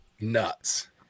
nuts